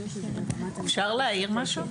אפשר להעיר משהו?